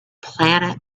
planet